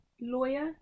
Lawyer